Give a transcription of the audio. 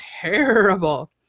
terrible